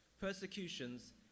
persecutions